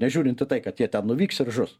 nežiūrint į tai kad jie ten nuvyks ir žus